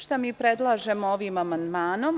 Šta mi predlažemo ovim amandmanom?